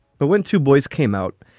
but when two boys came out,